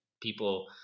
people